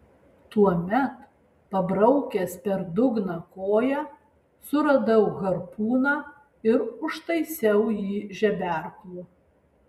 tuomet pabraukęs per dugną koja suradau harpūną ir užtaisiau jį žeberklu